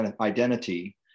identity